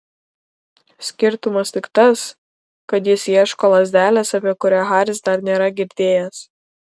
skirtumas tik tas kad jis ieško lazdelės apie kurią haris dar nėra girdėjęs